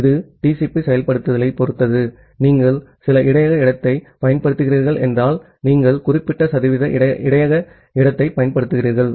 இது TCP செயல்படுத்தலைப் பொறுத்தது நீங்கள் சில இடையக இடத்தைப் பயன்படுத்துகிறீர்கள் என்றால் நீங்கள் குறிப்பிட்ட சதவீத இடையக இடத்தைப் பயன்படுத்துகிறீர்கள்